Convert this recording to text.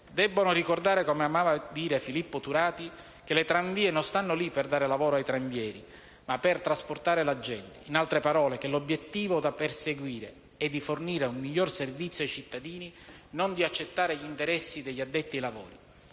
debbono ricordare, come amava dire Filippo Turati, che le tranvie non stanno lì per dare lavoro ai tranvieri, ma per trasportare la gente. In altre parole, l'obiettivo da perseguire è quello di fornire un miglior servizio ai cittadini, non di accettare gli interessi degli addetti ai lavori.